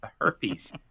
herpes